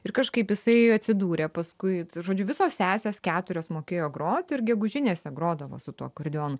ir kažkaip jisai atsidūrė paskui žodžiu visos sesės keturios mokėjo grot ir gegužinėse grodavo su tuo akordeonu